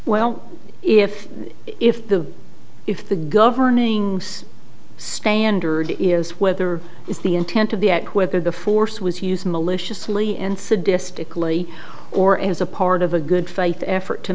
well if if the if the governing standard is whether it's the intent to be at whether the force was used maliciously and sadistically or as a part of a good faith effort to